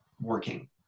working